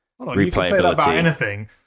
replayability